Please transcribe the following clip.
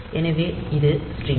எனவே இது ஸ்டிரிங்